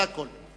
זה הכול.